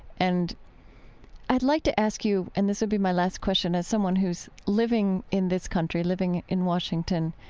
and i'd like to ask you, and this will be my last question, as someone who's living in this country, living in washington,